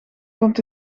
komt